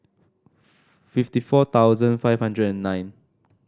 fifty four thousand five hundred and nine